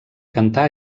cantar